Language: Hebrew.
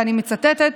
ואני מצטטת: